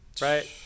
right